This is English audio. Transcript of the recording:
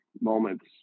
moments